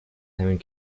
همین